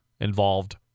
involved